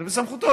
זה בסמכותו.